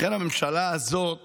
לכן הממשלה הזאת